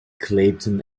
clayton